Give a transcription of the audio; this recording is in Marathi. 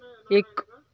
एक